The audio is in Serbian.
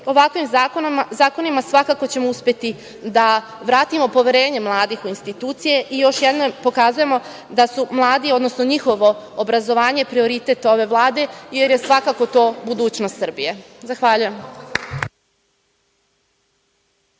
Ovakvim zakonima ćemo svakako uspeti da vratimo poverenje mladih u institucije i još jednom pokazujemo da su mladi, odnosno njihovo obrazovanje prioritet ove Vlade, jer je svakako to budućnost Srbije. Hvala.